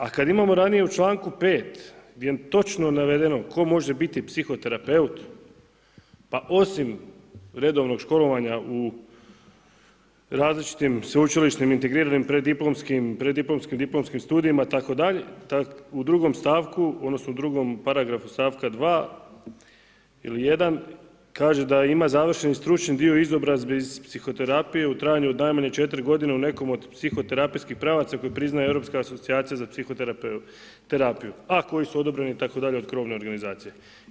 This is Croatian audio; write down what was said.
A kad imamo ranije u članku 5. gdje je točno navedeno tko može biti psihoterapeut pa osim redovnog školovanja u različitim sveučilišnim integriranim preddiplomskim diplomskim studijima itd., u 2. stavku odnosno u drugom paragrafu stavka 2. ili 1., kaže da ima završeni stručni dio izobrazbe iz psihoterapije u trajanju od najmanje 4 g. u nekom od psihoterapijskih pravaca koje priznaje Europska asocijacija za psihoterapiju a koji su odobreni itd. od krovne organizacije.